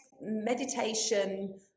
meditation